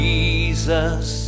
Jesus